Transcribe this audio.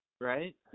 right